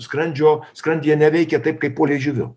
skrandžio skrandyje neveikia taip kaip po liežiuviu